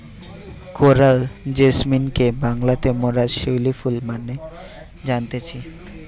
coral জেসমিনকে বাংলাতে মোরা শিউলি ফুল মানে জানতেছি